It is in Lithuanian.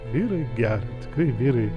vyrai geria kai vyrai